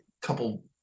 couple